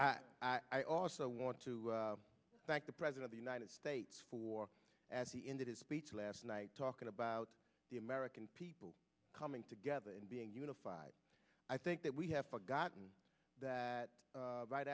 i i also want to thank the president the united states for as he ended his speech last night talking about the american people coming together and being unified i think that we have forgotten that right